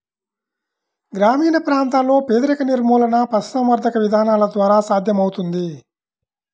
గ్రామీణ ప్రాంతాలలో పేదరిక నిర్మూలన పశుసంవర్ధక విధానాల ద్వారా సాధ్యమవుతుంది